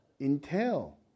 entail